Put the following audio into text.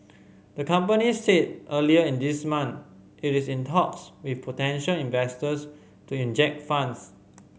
the company said earlier in this month it is in talks with potential investors to inject funds